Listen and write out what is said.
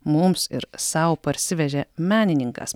mums ir sau parsivežė menininkas